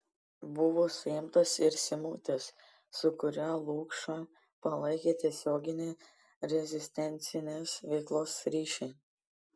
buvo suimtas ir simutis su kuriuo lukša palaikė tiesioginį rezistencinės veiklos ryšį